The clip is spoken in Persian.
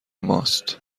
ماست